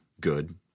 good